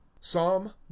Psalm